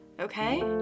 okay